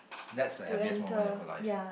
that's like happiest moment of your life